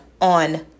on